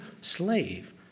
slave